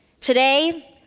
Today